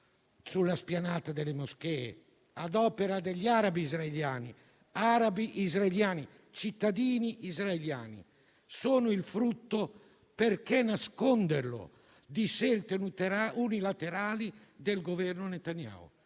sulla spianata delle moschee ad opera degli arabi israeliani - arabi israeliani, cittadini israeliani - sono il frutto - perché nasconderlo? - di scelte unilaterali del Governo Netanyahu,